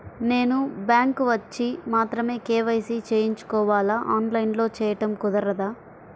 నేను బ్యాంక్ వచ్చి మాత్రమే కే.వై.సి చేయించుకోవాలా? ఆన్లైన్లో చేయటం కుదరదా?